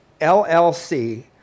LLC